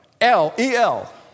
L-E-L